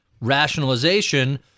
rationalization